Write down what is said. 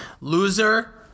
Loser